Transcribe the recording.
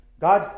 God